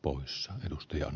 oulussa esimerkkejä